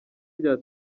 rya